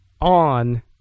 on